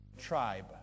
tribe